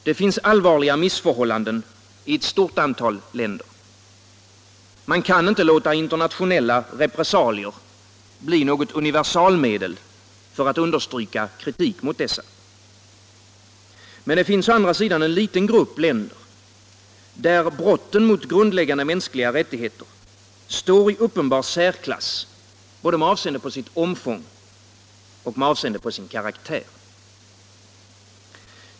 Det finns allvarliga missförhållanden i ett stort antal länder. Man kan inte låta internationella re pressalier bli något universalmedel för att understryka kritik mot dessa. Men det finns å andra sidan en liten grupp länder, där brotten mot grundläggande mänskliga rättigheter står i uppenbar särklass både med avseende på sitt omfång och med avseende på sin karaktär.